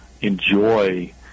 enjoy